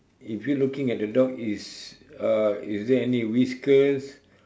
if you looking at the dog is uh is there any whiskers